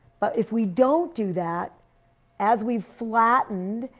but if we don't do that as we flatten,